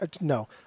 No